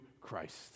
Christ